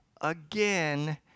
again